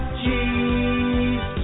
cheese